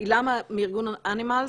הילה מארגון אנימלס,